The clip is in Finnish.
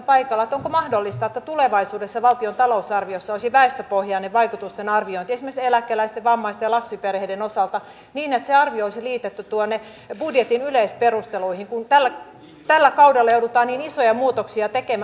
onko mahdollista että tulevaisuudessa valtion talousarviossa olisi väestöpohjainen vaikutusten arviointi esimerkiksi eläkeläisten vammaisten ja lapsiperheiden osalta niin että se arvio olisi liitetty tuonne budjetin yleisperusteluihin kun tällä kaudella joudutaan niin isoja muutoksia tekemään